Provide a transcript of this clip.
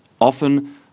often